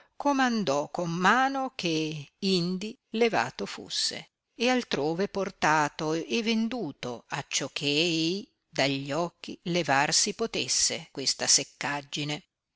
comandò con mano che indi levato fusse e altrove portato e venduto acciò che ei dagli occhi levar si potesse questa seccaggine